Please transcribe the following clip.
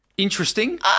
Interesting